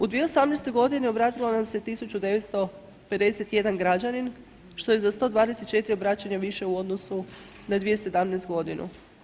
U 2018. godini obratilo nam se 1.951 građanin, što je za 124 obraćanja više u odnosu na 2017. godinu.